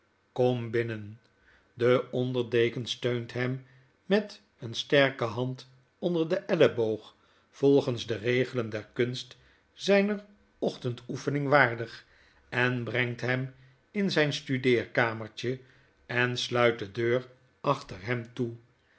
kom binnen de onder deken steunt hem met een sterke hand onder den elleboog volgens de regelen der kunst zijner ochtend oefeningen waardig en brengt hem in zjjn studeerkamertjeen sluit de deur achter hem toe